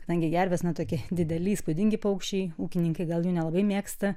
kadangi gervės na tokie dideli įspūdingi paukščiai ūkininkai gal jų nelabai mėgsta